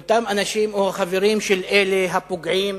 אלה אותם אנשים או חברים של אלה הפוגעים,